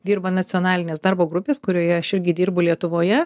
dirba nacionalinės darbo grupės kurioje aš irgi dirbu lietuvoje